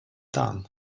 done